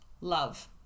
love